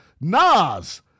Nas